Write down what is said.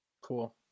Cool